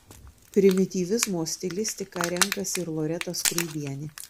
primityvizmo stilistiką renkasi ir loreta skruibienė